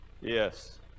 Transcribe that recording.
Yes